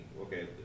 okay